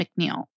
McNeil